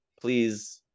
Please